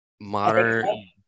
modern